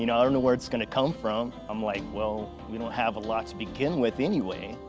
you know i don't know where it's gonna come from. i'm like, well, we don't have a lot to begin with anyway.